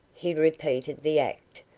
he repeated the act,